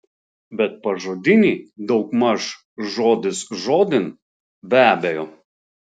bet pažodinį daugmaž žodis žodin be abejo